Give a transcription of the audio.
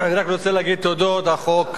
אני רק רוצה להגיד תודות על החוק.